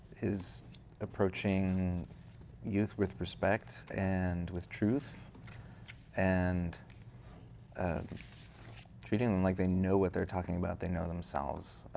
is approaching youth with respect and with truth and and treating them like they know what they're talking about. they know themselves.